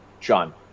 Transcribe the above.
John